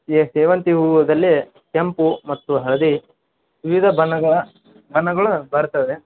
A ಸೇವಂತಿ ಹೂವಿನಲ್ಲೇ ಕೆಂಪು ಮತ್ತು ಹಳದಿ ವಿವಿಧ ಬಣ್ಣಗಳ ಬಣ್ಣಗಳು ಬರ್ತವೆ